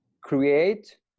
create